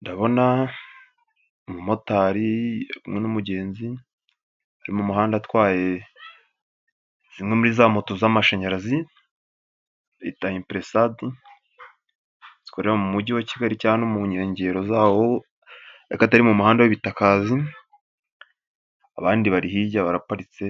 Ndabona umumotari ari kumwe n'umugenzi ari mu muhanda atwaye nko muri za moto z'amashanyarazi bita imperesadi, zikorera mu mujyi wa kigali cyangwa no mu nkengero zawo ariko atari mu muhanda w'ibitakazi. Abandi bari hirya baraparitse